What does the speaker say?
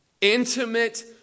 Intimate